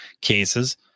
cases